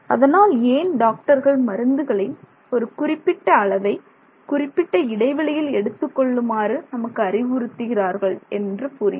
அதனால் ஏன் டாக்டர்கள் மருந்துகளை ஒரு குறிப்பிட்ட அளவை குறிப்பிட்ட இடைவெளியில் எடுத்துக்கொள்ளுமாறு நமக்கு அறிவுறுத்துகிறார்கள் என்று புரியும்